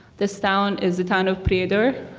this town is the town of prijedor.